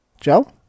Joe